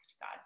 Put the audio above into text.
God